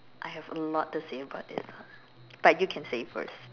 I have a lot to say about this but you can say first